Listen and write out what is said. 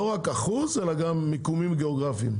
לא רק אחוז אלא גם מיקומים גיאוגרפיים.